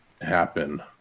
happen